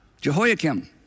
Jehoiakim